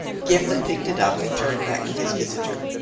gimblet picked it up and turned back to his visitor.